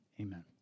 amen